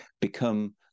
become